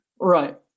right